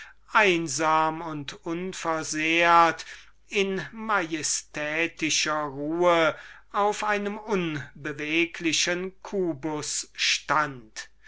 einsam und unversehrt in majestätischer ruhe auf einem unbeweglichen cubus stand